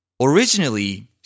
Originally